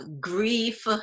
grief